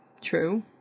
True